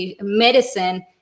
medicine